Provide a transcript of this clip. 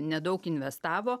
nedaug investavo